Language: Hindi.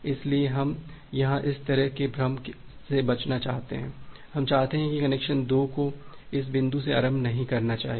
इसलिए हम यहां इस तरह के भ्रम से बचना चाहते हैं हम चाहते हैं कि कनेक्शन 2 को इस बिंदु से आरंभ नहीं करना चाहिए